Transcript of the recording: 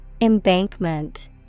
Embankment